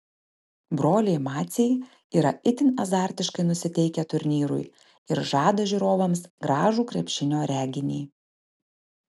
broliai maciai yra itin azartiškai nusiteikę turnyrui ir žada žiūrovams gražų krepšinio reginį